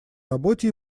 работы